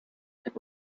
and